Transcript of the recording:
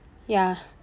ya